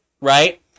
Right